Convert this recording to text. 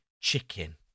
chicken